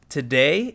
today